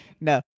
no